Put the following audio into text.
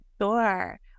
Sure